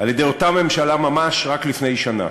על-ידי אותה ממשלה ממש רק לפני שנה.